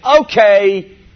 okay